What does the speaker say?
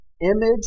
image